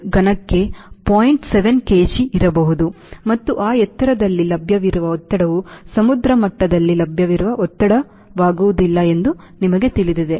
7 KG ಇರಬಹುದು ಮತ್ತು ಆ ಎತ್ತರದಲ್ಲಿ ಲಭ್ಯವಿರುವ ಒತ್ತಡವು ಸಮುದ್ರ ಮಟ್ಟದಲ್ಲಿ ಲಭ್ಯವಿರುವ ಒತ್ತಡವಾಗುವುದಿಲ್ಲ ಎಂದು ನಿಮಗೆ ತಿಳಿದಿದೆ